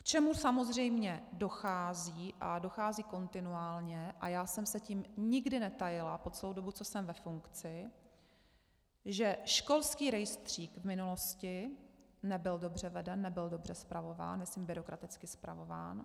K čemu samozřejmě dochází, a dochází kontinuálně, a já jsem se tím nikdy netajila po celou dobu, co jsem ve funkci, že školský rejstřík v minulosti nebyl dobře veden, nebyl dobře spravován, myslím byrokraticky spravován.